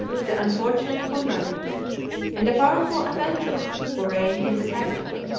the unfortunate conradin and a powerful avenger, who reigned in the capitol,